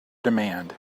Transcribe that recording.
demand